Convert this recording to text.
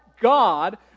God